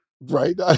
Right